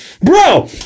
Bro